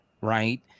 right